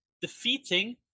defeating